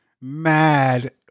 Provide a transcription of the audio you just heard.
Mad